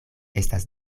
estas